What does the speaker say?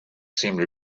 seemed